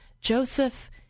Joseph